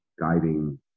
guiding